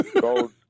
gold